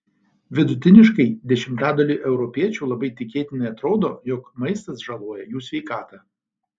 vidutiniškai dešimtadaliui europiečių labai tikėtinai atrodo jog maistas žaloja jų sveikatą